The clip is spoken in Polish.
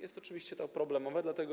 jest to oczywiście kłopotliwe.